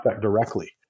directly